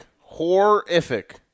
Horrific